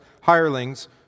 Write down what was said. hirelings